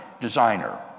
designer